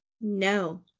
No